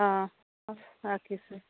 অঁ হ'ব ৰাখিছোঁ